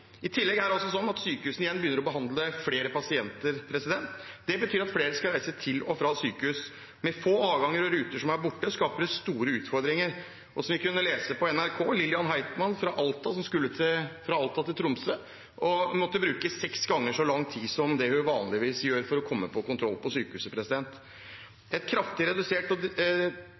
I tillegg er det sånn at sykehusene igjen begynner å behandle flere pasienter. Det betyr at flere skal reise til og fra sykehus, men med få avganger og ruter som er borte, skaper det store utfordringer. Og som vi kunne lese på nrk.no: Lillian Heitmann fra Alta, som skulle fra Alta til Tromsø, måtte bruke seks ganger så lang tid som det hun vanligvis gjør for å komme seg til kontroll på sykehuset. Tilbudet er kraftig redusert, og